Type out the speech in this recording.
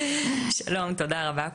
שלום, תודה רבה.